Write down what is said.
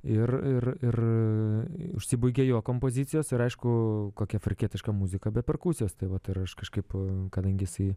ir ir ir užsibaigė jo kompozicijos ir aišku kokia afrikietiška muzika be perkusijos tai vat aš kažkaip kadangi jisai